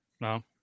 No